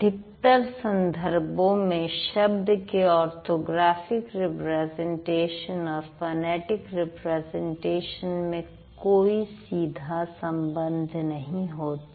अधिकतर संदर्भों में शब्द के ऑर्थोग्राफिक रिप्रेजेंटेशन और फनेटिक रिप्रेजेंटेशन में कोई सीधा संबंध नहीं होता